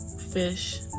fish